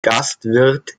gastwirt